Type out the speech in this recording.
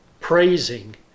praising